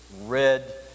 red